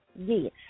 Yes